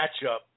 matchup